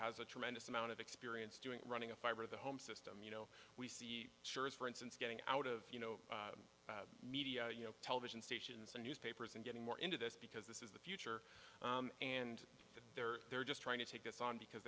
has a tremendous amount of experience doing running a fiber the home system you know we see sure's for instance getting out of you know media you know television stations and newspapers and getting more into this because this is the future and that they're they're just trying to take this on because